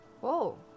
Whoa